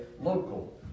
local